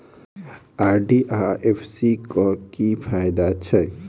RD आ FD क की फायदा छै?